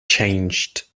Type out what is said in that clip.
changed